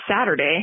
Saturday